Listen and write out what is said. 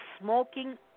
Smoking